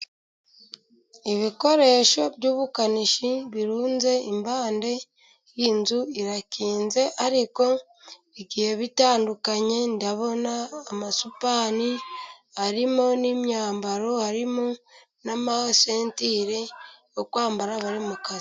Ibikoresho by'ubukanishi birunze impande y'inzu, irakinze, ariko bigihe bitandukanye, ndabona amasupani arimo n'imyambaro, harimo n'amasentire yo kwambara bari mu kazi.